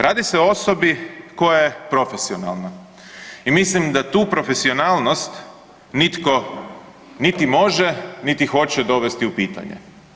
Radi se o osobi koja je profesionalna i mislim da tu profesionalnost nitko niti može niti hoće dovesti u pitanje.